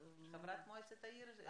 חברת מועצת העיר לשעבר, נכון?